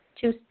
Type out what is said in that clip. two